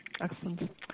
Excellent